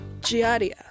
giardia